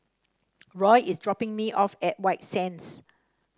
Roy is dropping me off at White Sands